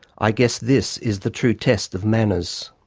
i guess this is the true test of manners.